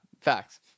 facts